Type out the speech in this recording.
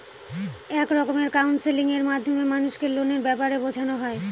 এক রকমের কাউন্সেলিং এর মাধ্যমে মানুষকে লোনের ব্যাপারে বোঝানো হয়